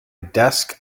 desk